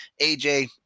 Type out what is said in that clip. AJ